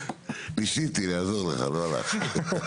ניסיתי לעזור לך, לא הלך.